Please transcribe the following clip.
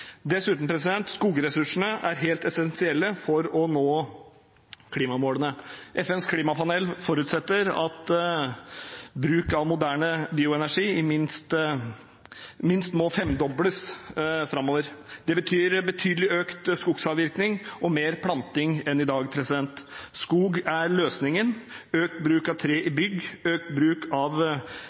dessuten helt essensielle for å nå klimamålene. FNs klimapanel forutsetter at bruk av moderne bioenergi minst må femdobles framover. Det betyr betydelig økt skogsavvirkning og mer planting enn i dag. Skog er løsningen: økt bruk av tre i bygg, økt bruk av